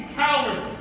cowards